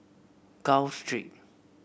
Gul Street